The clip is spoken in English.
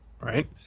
Right